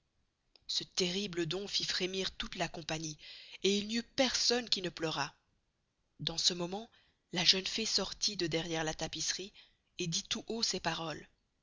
ce terrible don fit fremir toute la compagnie et il n'y eut personne qui ne pleurât dans ce moment la jeune fée sortit de derriere la tapisserie et dit tout haut ces paroles